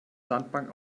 sandbank